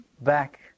back